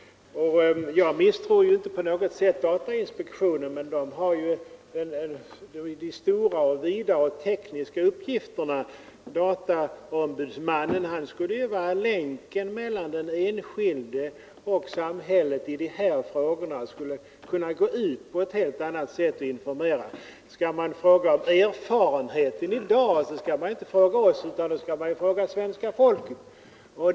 Jag misstror inte på något sätt datainspektionen, men den har ju de stora och vida och tekniska uppgifterna att sköta. Dataombudsmannen skulle vara länken mellan den enskilde och samhället i de här frågorna. Han skulle kunna gå ut på ett helt annat sätt och informera. När det gäller erfarenheter i dag skall man inte fråga oss utan då skall man fråga svenska folket.